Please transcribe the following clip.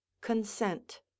consent